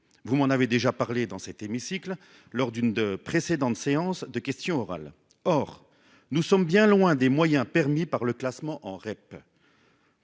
Vous m'en avez déjà parlé dans cet hémicycle lors d'une précédente séance de questions orales. Cependant, nous sommes bien loin des moyens mis en oeuvre grâce au classement en REP